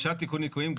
דרישת תיקון ליקויים,